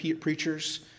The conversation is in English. preachers